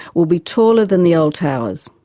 will be taller than the old towers,